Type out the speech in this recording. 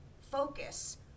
focus